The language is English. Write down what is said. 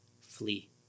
flee